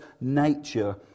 nature